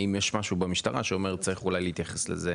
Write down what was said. האם יש משהו במשטרה שאומר אולי צריך להתייחס לזה?